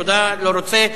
תודה, לא רוצה.